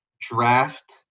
draft –